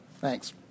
Thanks